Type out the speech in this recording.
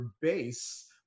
base